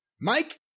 Mike